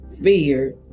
fear